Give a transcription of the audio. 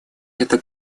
это